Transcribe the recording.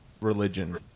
religion